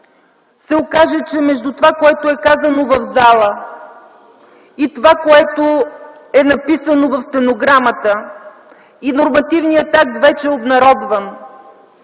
се окаже, че между това, което е казано в залата, това, което е написано в стенограмата, и нормативният акт вече е обнародван,